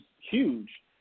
huge